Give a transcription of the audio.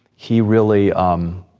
he really, um,